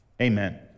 Amen